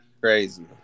crazy